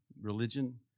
religion